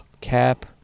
Cap